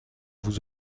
vous